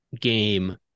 game